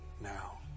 now